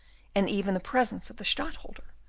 and even the presence of the stadtholder,